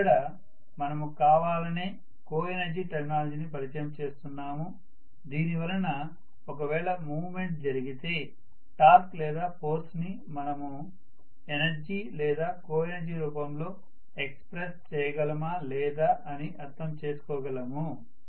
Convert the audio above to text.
ఇక్కడ మనము కావాలనే కోఎనర్జీ టెర్మినాలజీ ని పరిచయం చేస్తున్నాము దీని వలన ఒకవేళ మూవ్మెంట్ జరిగితే టార్క్ లేదా ఫోర్స్ ని మనము ఎనర్జీ లేదా కోఎనర్జీ రూపంలో ఎక్సప్రెస్ చేయగలమా లేదా కానీ అర్థం చేసుకోగలము